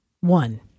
One